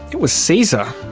it was caesar.